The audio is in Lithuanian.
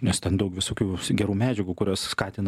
nes ten daug visokių gerų medžiagų kurios skatina